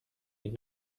ihre